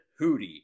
Hootie